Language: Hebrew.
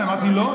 אמרתי לא?